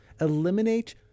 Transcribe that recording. eliminate